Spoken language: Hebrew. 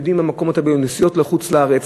נסיעות לחוץ-לארץ,